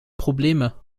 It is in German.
probleme